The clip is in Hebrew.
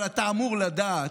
אבל אתה אמור לדעת,